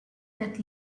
that